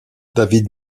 david